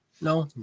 no